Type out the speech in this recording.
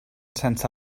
sense